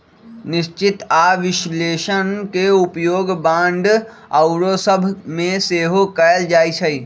निश्चित आऽ विश्लेषण के उपयोग बांड आउरो सभ में सेहो कएल जाइ छइ